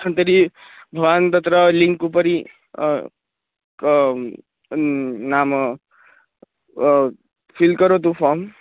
तर्हि भवान् तत्र लिङ्क् उपरि नाम फ़िल् करोतु फ़ाम्